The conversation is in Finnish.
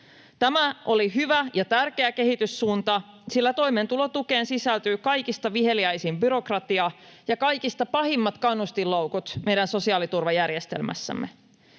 Tämä oli hyvä ja tärkeä kehityssuunta, sillä toimeentulotukeen sisältyy kaikista viheliäisin byrokratia ja kaikista pahimmat kannustinloukut meidän so-siaaliturvajärjestelmässämme.